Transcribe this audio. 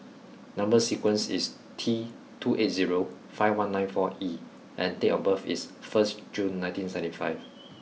number sequence is T two eight zero five one nine four E and date of birth is first June nineteen seventy five